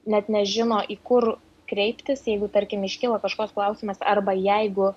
net nežino į kur kreiptis jeigu tarkim iškilo kažkoks klausimas arba jeigu